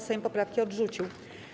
Sejm poprawki odrzucił.